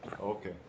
Okay